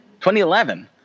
2011